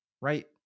Right